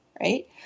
right